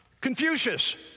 Confucius